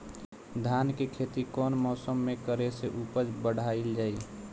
धान के खेती कौन मौसम में करे से उपज बढ़ाईल जाई?